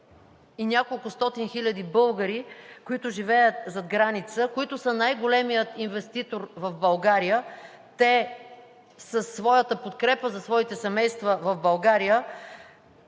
и няколкостотин хиляди българи, които живеят зад граница, които са най-големият инвеститор в България. Със своята подкрепа за семействата си в България